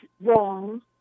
wrong